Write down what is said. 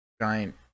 giant